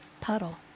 puddle